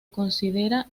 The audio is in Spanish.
considera